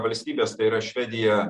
valstybės tai yra švedija